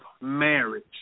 marriage